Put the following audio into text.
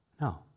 No